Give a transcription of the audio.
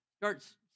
Starts